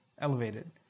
elevated